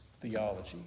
theology